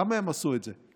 למה הם עשו את זה?